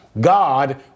God